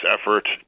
effort